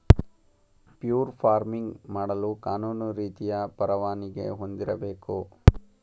fur farming ಮಾಡಲು ಕಾನೂನು ರೀತಿಯ ಪರವಾನಿಗೆ ಹೊಂದಿರಬೇಕು